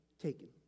taken